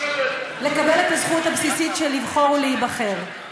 לקבל את הזכות הבסיסית של לבחור ולהיבחר.